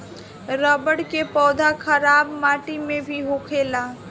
रबड़ के पौधा खराब माटी में भी होखेला